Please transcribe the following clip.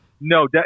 no